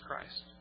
Christ